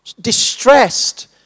distressed